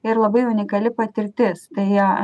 ir labai unikali patirtis tai